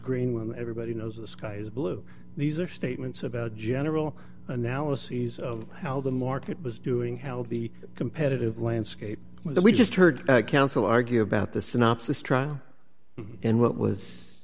green when everybody knows the sky is blue these are statements about general analyses of how the market was doing how the competitive landscape where we just heard counsel argue about the synopsis trial and what was